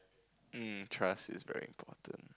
um trust is very important